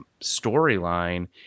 storyline